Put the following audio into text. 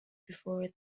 before